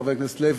חבר הכנסת לוי,